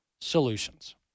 solutions